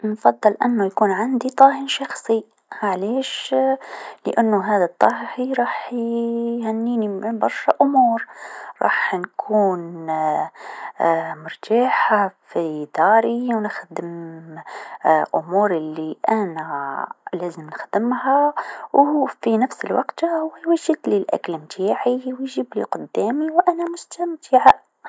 نفضل يكون عندي طاهي شخصي علاش لأنو هذا الطاهي راح يهنيني من برشا أمور، راح نكون مرتاحه في داري و نخدم أموري لي أنا لازم نخدمها و في نفس الوقت هو يوجدلي الأكل نتاعي و يجيبلي قدامي و أنا مستمتعه.